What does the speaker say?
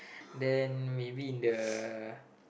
then maybe in the